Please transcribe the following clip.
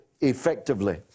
effectively